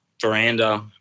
veranda